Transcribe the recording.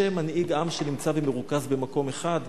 משה מנהיג עם שנמצא במרוכז במקום אחד,